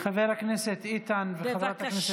חבר הכנסת איתן וחברת הכנסת עאידה תומא.